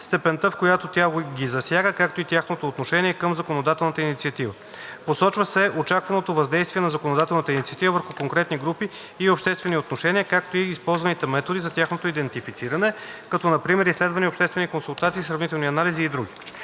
степента, в която тя ги засяга, както и тяхното отношение към законодателната инициатива. Посочва се очакваното въздействие на законодателната инициатива върху конкретни групи и обществени отношения, както и използваните методи за тяхното идентифициране, като например – изследвания, обществени консултации, сравнителни анализи и други.